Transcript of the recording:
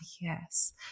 yes